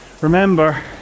remember